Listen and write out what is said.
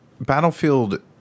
Battlefield